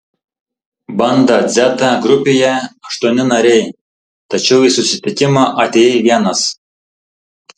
banda dzeta grupėje aštuoni nariai tačiau į susitikimą atėjai vienas